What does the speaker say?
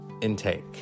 intake